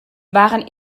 waren